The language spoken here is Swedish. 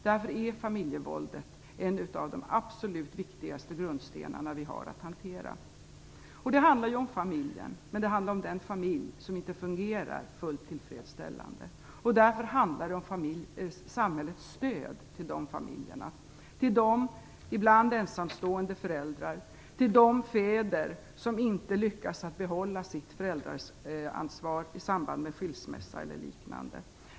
Därför är familjevåldet en av de absolut viktigaste grundstenar vi har att hantera. Det handlar om familjen, den familj som inte fungerar fullt tillfredsställande. Därför handlar det om samhällets stöd till de familjerna - till de, ibland ensamstående, föräldrar, till de fäder som inte lyckas behålla sitt föräldraansvar i samband med skilsmässa eller liknande.